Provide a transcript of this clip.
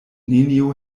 neniu